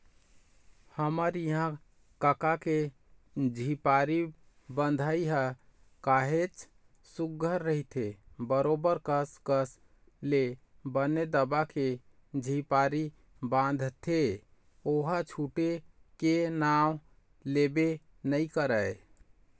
हमर इहाँ कका के झिपारी बंधई ह काहेच सुग्घर रहिथे बरोबर कस कस ले बने दबा के झिपारी बांधथे ओहा छूटे के नांव लेबे नइ करय